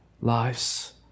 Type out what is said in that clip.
lives